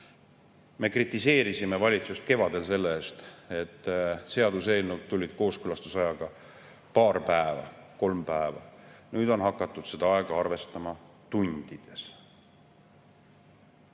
me kritiseerisime valitsust selle eest, et seaduseelnõud tulid kooskõlastusajaga paar päeva, kolm päeva. Nüüd on hakatud seda aega arvestama tundides.